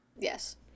Yes